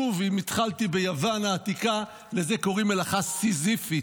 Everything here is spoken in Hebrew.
שוב, אם התחלתי ביוון העתיקה, לזה קוראים סיזיפית,